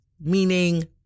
meaning